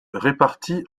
réparties